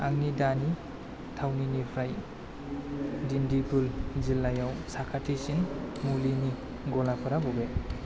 आंनि दानि थावनिनिफ्राय दिन्दिगुल जिल्लायाव साखाथिसिन मुलिनि गलाफोरा बबे